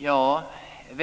Fru talman! Jag